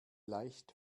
leicht